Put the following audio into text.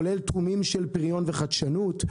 כולל תחומים של פריון וחדשנות,